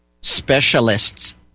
specialists